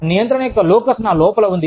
నియంత్రణ యొక్క లోకస్ నా లోపల ఉంది